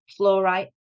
Fluorite